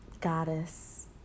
goddess